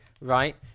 right